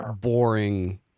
boring